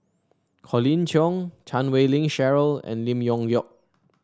Colin Cheong Chan Wei Ling Cheryl and Lim Leong Geok